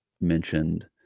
mentioned